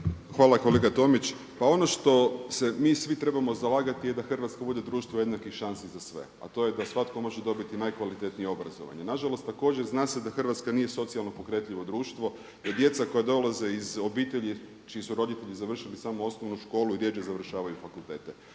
Hvala kolega Tomić. Pa ono što se mi svi trebamo zalagati je da Hrvatska bude društvo jednakih šansi za sve, a to je da svatko može dobiti najkvalitetnije obrazovanje. Nažalost, također zna se da Hrvatska nije socijalno pokretljivo društvo jer djeca koja dolaze iz obitelji čiji su roditelji završili samo osnovnu školu rjeđe završavaju fakultete.